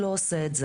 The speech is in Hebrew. לא מפתיע אותי.